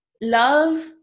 love